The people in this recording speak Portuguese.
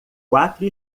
quatro